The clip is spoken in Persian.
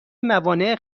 موانع